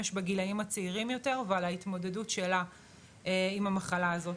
בגילאים הצעירים יותר ועל ההתמודדות שלה עם המחלה הזו.